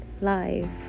life